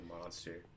monster